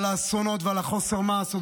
על האסונות ועל חוסר המעש,